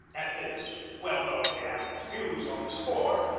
at this, well knowing the admiral's views on the score,